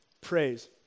Praise